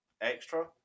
extra